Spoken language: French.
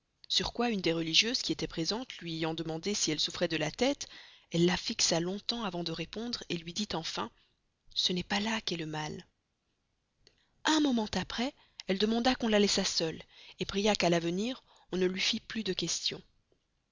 sur quoi une des religieuses qui étaient présentes lui ayant demandé si elle souffrait de la tête elle la fixa longtemps avant de répondre lui dit enfin ce n'est pas là qu'est le mal et un moment après elle demanda qu'on la laissât seule pria qu'à l'avenir on ne lui fît plus de question